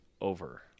over